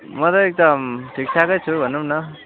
म त एकदम ठिकठाकै छु भनौँ न